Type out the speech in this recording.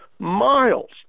miles